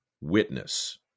witness